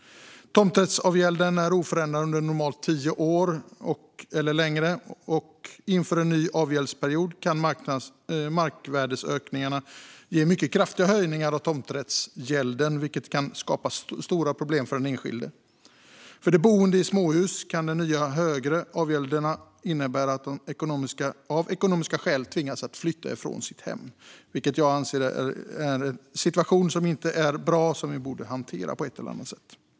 Tomträttsavgälden är normalt oförändrad under tio år eller längre. Inför en ny avgäldsperiod kan markvärdesökningar ge mycket kraftiga höjningar av tomträttsavgälden, vilket kan skapa stora problem för den enskilde. För boende i småhus kan de nya, högre avgälderna innebära att man av ekonomiska skäl tvingas flytta från sitt hem, vilket jag anser är en situation som inte är bra och som vi borde hantera på ett eller annat sätt.